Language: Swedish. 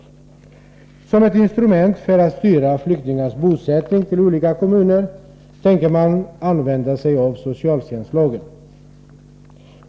Som ett instrument för att styra flyktingars bosättning till olika kommuner tänker man använda sig av socialtjänstlagen.